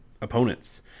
opponents